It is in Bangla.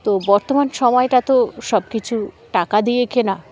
তো বর্তমান সময়টা তো সব কিছু টাকা দিয়ে কেনা